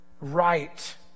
right